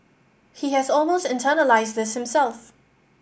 he has almost internalised this himself